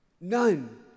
None